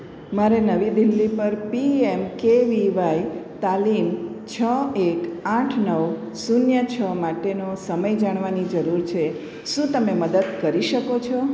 મારે નવી દિલ્હી પર P M K V Y તાલીમ છ એક આઠ નવ શૂન્ય છ માટેનો સમય જાણવાની જરૂર છે શું તમે મદદ કરી શકો છો